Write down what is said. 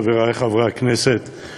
חברי חברי הכנסת,